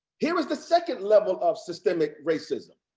here was the second level of systemic racism.